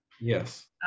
Yes